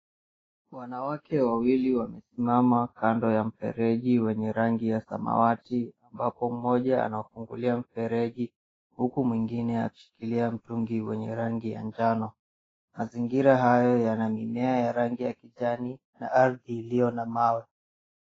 Wanawake wawili wamesimama kando ya mfereji wenye rangi ya samawati, ambapo mmoja anawafungulia mfereji huku mwingine akishikilia mtungi wenye rangi ya njano. Mazingira hayo yana mimea ya rangi ya kijani, na ardhi iliyo na mawe.